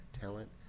talent